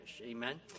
Amen